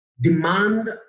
demand